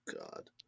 God